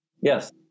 Yes